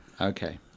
Okay